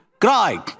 cry